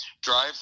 drive